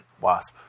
Wasp